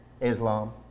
Islam